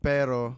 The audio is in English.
Pero